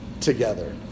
together